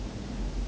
what's the prompt